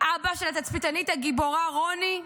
אבא של התצפיתנית הגיבורה רוני?